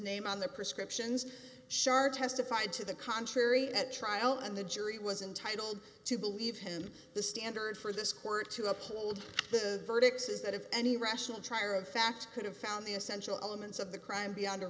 name on the prescriptions shard testified to the contrary at trial and the jury was intitled to believe him the standard for this court to uphold the verdict says that if any rational trier of fact could have found the essential elements of the crime beyond a